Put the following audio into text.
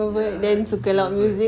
ya introvert